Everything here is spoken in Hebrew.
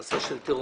מעשה של טרור.